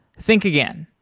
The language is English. think again.